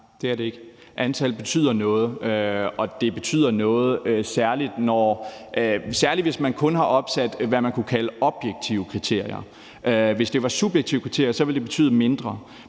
Det er det ikke. Antallet betyder noget, og det betyder særlig noget, hvis man kun har opstillet, hvad man kunne kalde objektive kriterier. Hvis det var subjektive kriterier, ville det betyde mindre,